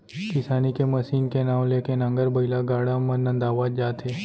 किसानी के मसीन के नांव ले के नांगर, बइला, गाड़ा मन नंदावत जात हे